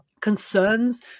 concerns